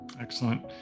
Excellent